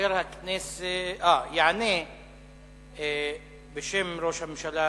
יענה בשם ראש הממשלה,